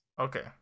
Okay